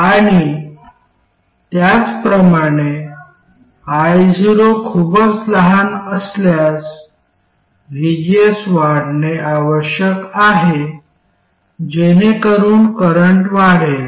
आणि त्याचप्रमाणे io खूपच लहान असल्यास vgs वाढणे आवश्यक आहे जेणेकरून करंट वाढेल